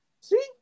See